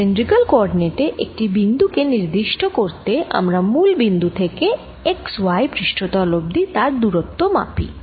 cylindrical coordinate এ একটি বিন্দু কে নির্দিষ্ট করতে আমরা মূল বিন্দু থেকে x y পৃষ্ঠ তল অবধি তার দুরত্ব মাপি